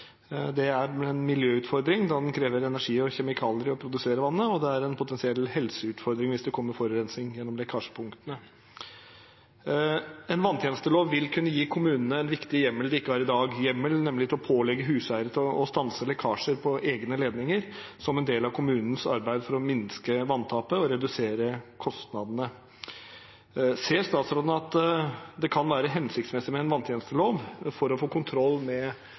Det er en miljøutfordring, da det krever energi og kjemikalier å produsere vannet, og det er en potensiell helseutfordring hvis det kommer forurensning gjennom lekkasjepunktene. En vanntjenestelov vil kunne gi kommunene en viktig hjemmel de ikke har i dag, en hjemmel til å pålegge huseiere å stanse lekkasjer på egne ledninger, som en del av kommunens arbeid for å minske vanntapet og redusere kostnadene. Ser statsråden at det kan være hensiktsmessig med en vanntjenestelov for å få kontroll med